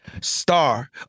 Star